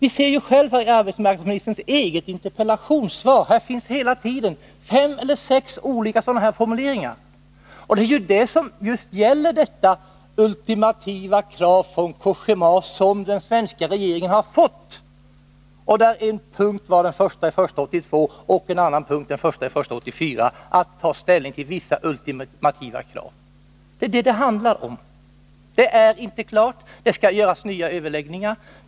I arbetsmarknadsministerns eget interpellationssvar finns fem eller sex liknande formuleringar. Det saken gäller är ju just detta ultimativa krav som den svenska regeringen har fått från Cogéma. En tidpunkt var alltså den 1 januari 1982 och en annan den 1 januari 1984 då ställning skulle tas till vissa ultimativa krav. Det är detta det handlar om. Allting är inte klart. Det skall till nya överläggningar.